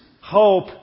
hope